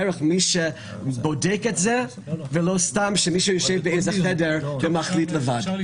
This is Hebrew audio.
דרך מי שבודק את זה ולא סתם שמישהו יושב באיזה חדר ומחליט לבד.